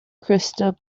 crystal